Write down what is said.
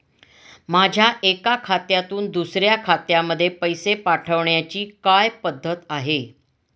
माझ्या एका खात्यातून दुसऱ्या खात्यामध्ये पैसे पाठवण्याची काय पद्धत आहे?